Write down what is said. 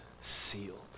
sealed